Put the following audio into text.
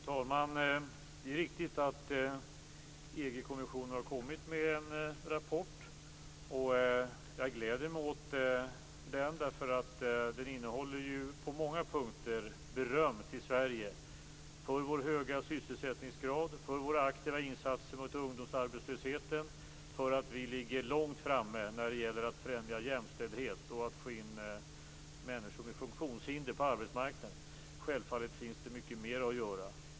Fru talman! Det är riktigt att EU-kommissionen har kommit med en rapport, och jag gläder mig åt den. Den innehåller på många punkter beröm till Sverige för vår höga sysselsättningsgrad, för våra aktiva insatser mot ungdomsarbetslösheten och för att vi ligger långt framme när det gäller att främja jämställdhet och att få in människor med funktionshinder på arbetsmarknaden. Självfallet finns det mycket mer att göra.